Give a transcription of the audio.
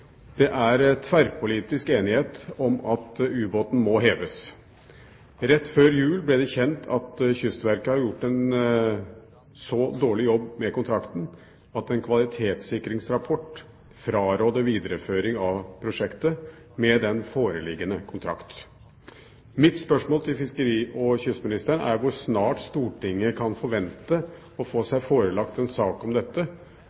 Det er tverrpolitisk enighet om at ubåten må heves. Rett før jul ble det kjent at Kystverket har gjort en så dårlig jobb med kontrakten at en kvalitetssikringsrapport fraråder videreføring av prosjektet med den foreliggende kontrakt. Hvor snart kan Stortinget forvente å få seg forelagt en sak om dette, hvor